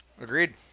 Agreed